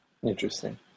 Interesting